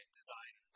design